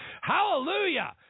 Hallelujah